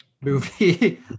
movie